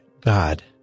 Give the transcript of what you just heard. God